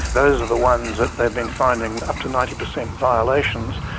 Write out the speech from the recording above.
those are the ones that they've been finding up to ninety percent violations.